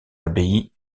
abbaye